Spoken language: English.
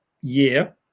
year